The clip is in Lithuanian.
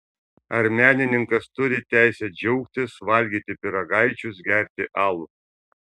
ar menininkas turi teisę džiaugtis valgyti pyragaičius gerti alų